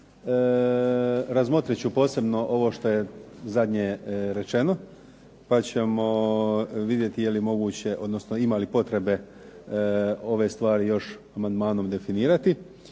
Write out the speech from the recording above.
Razmotrit ću posebno ovo što je zadnje rečeno, pa ćemo vidjeti je li moguće, odnosno ima li potrebe ove stvari još amandmanom definirati.